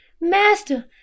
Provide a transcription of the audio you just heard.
Master